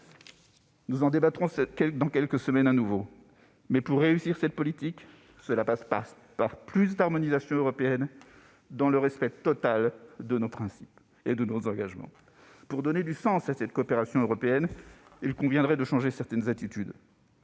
Nous en débattrons de nouveau dans quelques semaines, mais la réussite de cette politique passe par une plus grande harmonisation européenne, dans le respect total de nos principes et de nos engagements. Pour donner du sens à cette coopération européenne, il conviendrait de changer certaines attitudes.